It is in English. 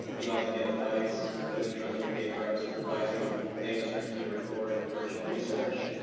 email to get advice, new intro to a paper i'm supervising, manuscript to report original research,